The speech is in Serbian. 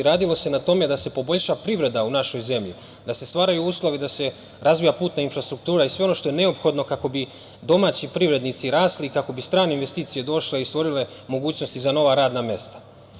Radilo se na tome da se poboljša privreda u našoj zemlji, da se stvaraju uslovi da se razvija putna infrastruktura i sve ono što je neophodno kako bi domaći privrednici rasli, kako bi strane investicije došle i stvorile mogućnosti za nova radna mesta.